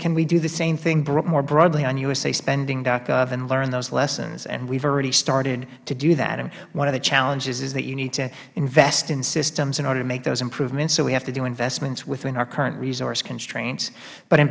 can we do the same thing more broadly on www usaspending gov and learn those lessons we have already started to do that one of the challenges is that you need to invest in systems in order to make those improvements but we have to do investments within our current resource constraints but in